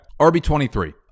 RB23